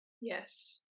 Yes